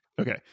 Okay